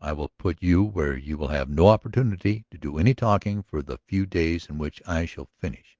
i will put you where you will have no opportunity to do any talking for the few days in which i shall finish